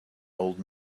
old